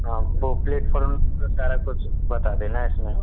हाँ वो प्लेटफॉर्म पर सारा कुछ बता देना इसमें